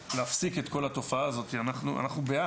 להפסיק את כל התופעה הזאת אנחנו בעד.